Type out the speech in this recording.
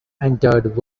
entered